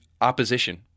opposition